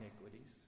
iniquities